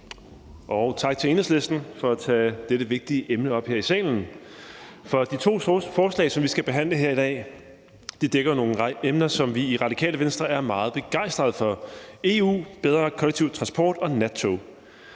Og tak til Enhedslisten for at tage dette vigtige emne op her i salen. For de to forslag, som vi skal behandle her i dag, dækker nogle emner, som vi i Radikale Venstre er meget begejstrede for: EU, bedre kollektiv transport og nattog.